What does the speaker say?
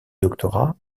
doctorat